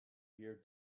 year